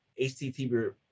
HTTP